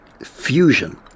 fusion